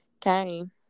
came